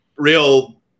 real